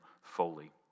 fully